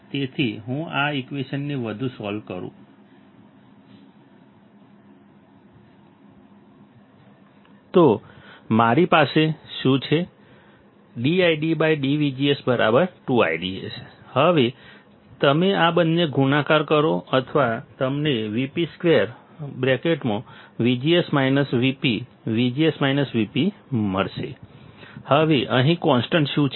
તેથી જો હું આ ઈક્વેશનને વધુ સોલ્વ કરું તો મારી પાસે શું છે dIDdVGS 2IDSS હવે તમે આ બંનેને ગુણાકાર કરો અથવા તમને Vp 2 VGS Vp મળશે હવે અહીં કોન્સ્ટન્ટ શું છે